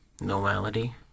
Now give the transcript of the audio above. normality